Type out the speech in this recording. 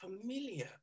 familiar